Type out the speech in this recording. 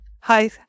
hi